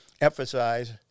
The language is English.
emphasize